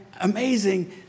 amazing